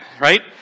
right